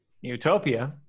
Utopia